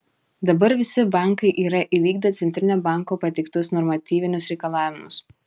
dabar visi bankai yra įvykdę centrinio banko pateiktus normatyvinius reikalavimus